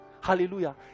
hallelujah